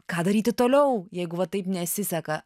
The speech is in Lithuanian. ką daryti toliau jeigu va taip nesiseka